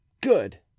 Good